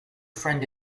friend